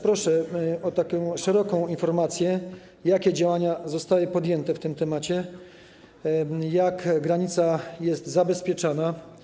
Proszę o szeroką informację, jakie działania zostały podjęte w tym zakresie, jak granica jest zabezpieczana.